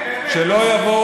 בושה.